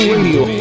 Radio